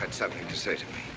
had something to say to